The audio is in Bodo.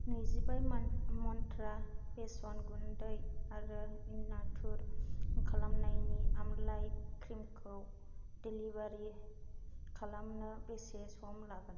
नैजिब्रै मनत्रा बेसन गुन्दै आरो इनातुर खालामनायनि आमलाइ क्रिमखौ डिलिभार खालामनो बेसे सम लागोन